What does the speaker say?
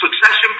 Succession